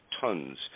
tons